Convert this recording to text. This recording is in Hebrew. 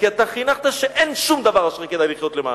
כי אתה חינכת שאין שום דבר אשר כדאי לחיות למענו.